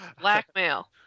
Blackmail